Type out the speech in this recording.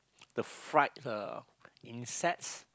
the fried uh insects